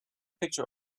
picture